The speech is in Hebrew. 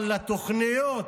אבל לתוכניות